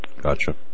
Gotcha